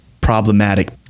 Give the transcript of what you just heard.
problematic